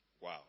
Wow